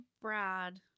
Brad